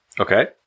Okay